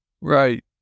Right